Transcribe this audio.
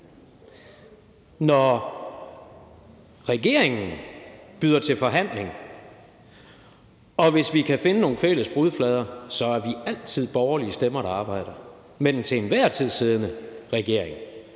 når regeringen byder til forhandling, og hvis vi kan finde nogle fælles brudflader, så er vi altid borgerlige stemmer, der arbejder med den til enhver tid siddende regering